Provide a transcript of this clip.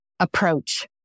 approach